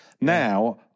Now